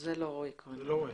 שזה משפיע עליהם?